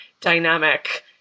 dynamic